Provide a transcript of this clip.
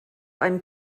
einen